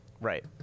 right